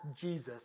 Jesus